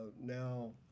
now